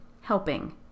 helping